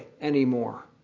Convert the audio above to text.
anymore